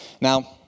Now